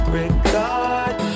regard